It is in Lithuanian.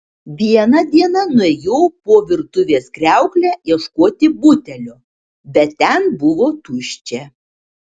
vieną dieną nuėjau po virtuvės kriaukle ieškoti butelio bet ten buvo tuščia